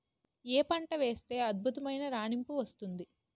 ఏ పంట వేస్తే అద్భుతమైన రాణింపు వస్తుంది?